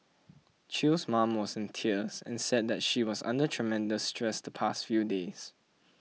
Chew's mom was in tears and said that she was under tremendous stress the past few days